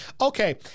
okay